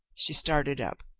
she started up.